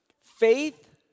Faith